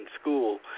school